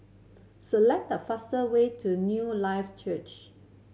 select the fastest way to Newlife Church